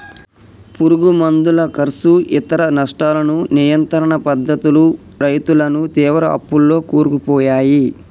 పురుగు మందుల కర్సు ఇతర నష్టాలను నియంత్రణ పద్ధతులు రైతులను తీవ్ర అప్పుల్లో కూరుకుపోయాయి